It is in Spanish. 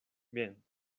bien